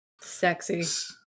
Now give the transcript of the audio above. Sexy